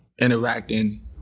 interacting